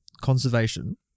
conservation